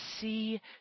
see